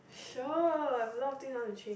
sure a lot of things I want to change